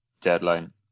deadline